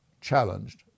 challenged